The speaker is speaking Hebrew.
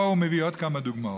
והוא מביא עוד כמה דוגמאות.